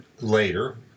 later